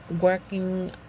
working